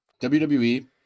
WWE